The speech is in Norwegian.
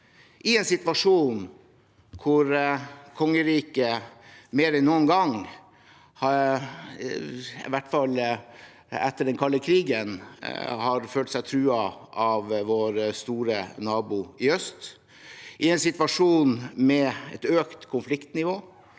I en situasjon hvor kongeriket mer enn noen gang, eller i hvert fall etter den kalde krigen, har følt seg truet av vår store nabo i øst, og i en situasjon med et økt konfliktnivå,